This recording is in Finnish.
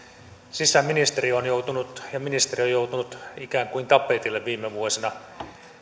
sisäministeri ja ministeriö ovat joutuneet ikään kuin tapetille viime vuosina